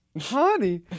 Honey